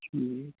جی